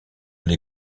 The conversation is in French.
les